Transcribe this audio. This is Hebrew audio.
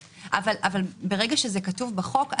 ברגע שזה כתוב בחוק,